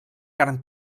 carn